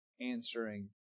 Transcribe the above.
answering